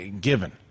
Given